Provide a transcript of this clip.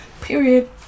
Period